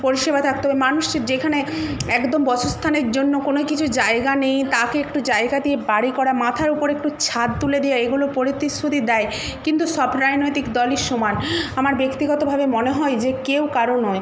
পরিষেবা থাকত মানুষের যেখানে একদম বাসস্থানের জন্য কোনো কিছু জায়গা নেই তাকে একটু জায়গা দিয়ে বাড়ি করা মাথার উপর একটু ছাদ তুলে দেওয়া এগুলো প্রতিশ্রুতি দেয় কিন্তু সব রাজনৈতিক দলই সমান আমার ব্যক্তিগতভাবে মনে হয় যে কেউ কারো নয়